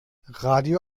radio